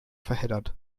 verheddert